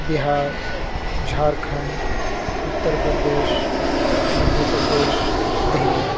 Bihar Jharkhand Uttar Pradesh Madhya Pradesh Delhi